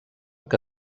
que